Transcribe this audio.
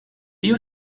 you